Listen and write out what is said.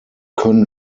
können